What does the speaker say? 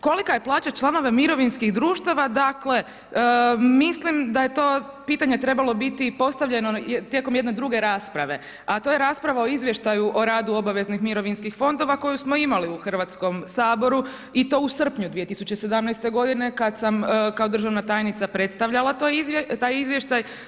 Kolika je plaća članova mirovinskih društava, dakle mislim da je to pitanje trebalo biti postavljeno tijekom jedne druge rasprave a to je rasprava o izvještaju o radu obaveznih mirovinskih fondova koju smo imali u Hrvatskom saboru i to u srpnju 2017. godine kada sam kao državna tajnica predstavljala taj izvještaj.